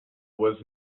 was